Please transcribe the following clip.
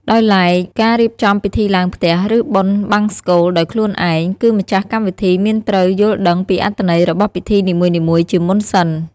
ដោយឡែកការរៀបចំពិធីឡើងផ្ទះ ឬបុណ្យបង្សុកូលដោយខ្លួនឯង គឺម្ចាស់កម្មវិធីមានត្រូវយល់ដឹងពីអត្ថន័យរបស់ពីធីនីមួយៗជាមុនសិន។